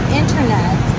internet